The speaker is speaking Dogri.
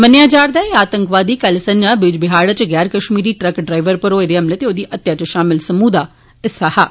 मन्नेआ जा'रदा एह् आतंकवादी कल संझा बिजबिहारा इच गैर कश्मीरी ट्रक ड्राईवर उप्पर होए दे हमले ते औदी हत्या इच शामल समूह दा हिस्सा हा